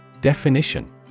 definition